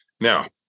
Now